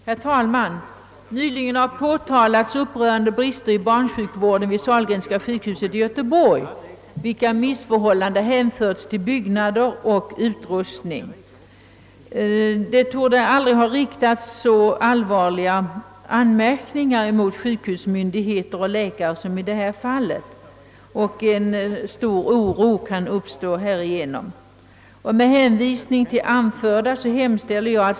Herr talman! Nyligen har upprörande brister inom barnsjukvården vid Sahlgrenska sjukhuset i Göteborg påtalats, vilka missförhållanden hänförts till byggnader och utrustning. Den allvarligaste beskyllningen gällde vården av för tidigt födda barn, vilken särskilt under 1964 skulle ha medfört en skrämmande dödlighet under behandlingen. Allvarligare anklagelse torde aldrig ha riktats mot sjukhusmyndigheter och läkare, och även om medicinalstyrelsens inspektion något reducerat omdömena och mycket bestämda löften givits om nybyggnader mycket snart, kvarstår bl.a. beskyllningarna mot vården 1964 och vållar oro. Även på andra håll i vårt land måste barnsjukvården bedrivas i mycket ålderdomliga byggnader.